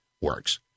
works